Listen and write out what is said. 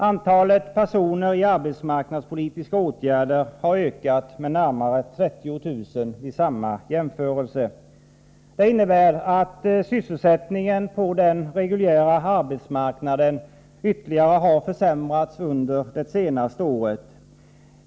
Antalet personer i arbetsmarknadspolitiska åtgärder har ökat med närmare 30 000 vid samma jämförelse. Det innebär att sysselsättningen på den reguljära arbetsmarknaden ytterligare har försämrats under det senaste året.